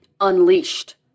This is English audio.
unleashed